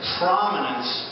prominence